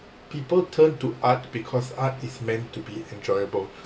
people turn to art because art is meant to be enjoyable